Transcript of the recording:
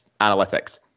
analytics